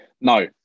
No